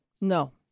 No